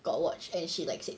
got watch and she likes it